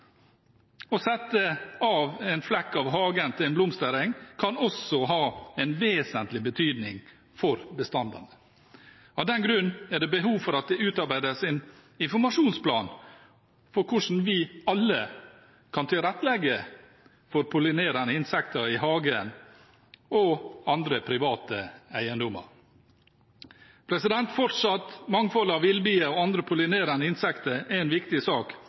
og sette av en flekk av hagen til en blomstereng kan også ha vesentlig betydning for bestandene. Av den grunn er det behov for at det utarbeides en informasjonsplan for hvordan vi alle kan tilrettelegge for pollinerende insekter i hagen og på andre private eiendommer. Fortsatt mangfold av villbier og andre pollinerende insekter er en viktig sak